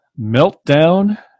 meltdown